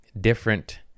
different